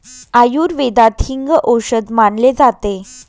आयुर्वेदात हिंग हे औषध मानले जाते